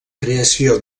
creació